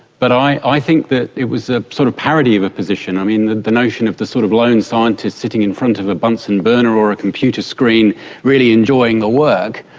but i i think that it was a sort of parody of a position. i mean, the the notion of the sort of lone scientist sitting in front of a bunsen burner or a computer screen really enjoying the work,